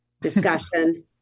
discussion